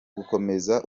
gukomeza